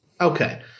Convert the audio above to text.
okay